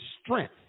strength